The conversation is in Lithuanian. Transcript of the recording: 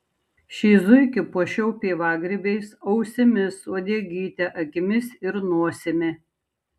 šį zuikį puošiau pievagrybiais ausimis uodegyte akimis ir nosimi